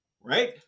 right